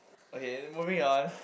okay moving on